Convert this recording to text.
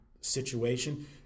situation